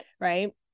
Right